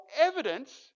evidence